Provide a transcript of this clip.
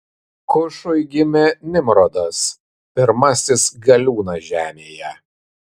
kušui gimė nimrodas pirmasis galiūnas žemėje